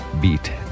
beat